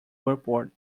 report